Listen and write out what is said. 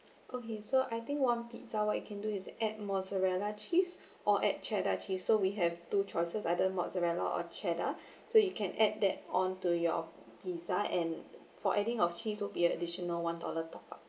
okay so I think one pizza what you can do is add mozzarella cheese or add cheddar cheese so we have two choices either mozzarella or cheddar so you can add that on to your pizza and for adding of cheese will be additional one dollar top up